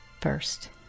first